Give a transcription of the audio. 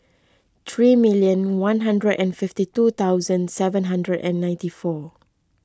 three million one hundred and fifty two thousand seven hundred and ninety four